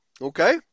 okay